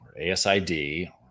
ASID